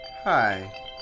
Hi